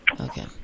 Okay